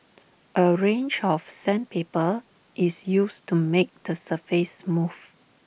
A range of sandpaper is used to make the surface smooth